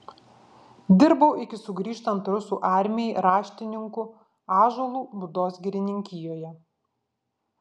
dirbau iki sugrįžtant rusų armijai raštininku ąžuolų būdos girininkijoje